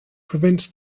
prevents